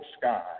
sky